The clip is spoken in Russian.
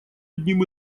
одним